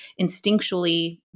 instinctually